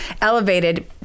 elevated